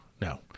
No